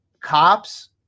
Cops